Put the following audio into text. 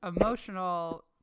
emotional